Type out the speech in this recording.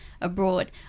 abroad